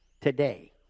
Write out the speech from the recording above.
today